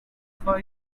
for